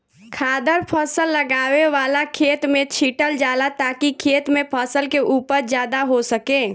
खादर फसल लगावे वाला खेत में छीटल जाला ताकि खेत में फसल के उपज ज्यादा हो सके